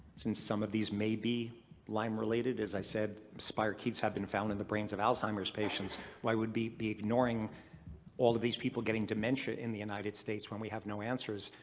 since some of these may be lyme related, as i said, spirochetes have been found in the brains of alzheimer's patients. why would we be ignoring all of these people getting dementia in the united states when we have no answers?